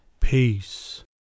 Peace